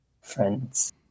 friends